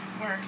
work